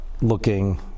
looking